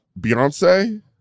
Beyonce